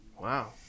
Wow